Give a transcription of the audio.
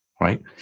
Right